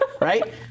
right